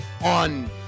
on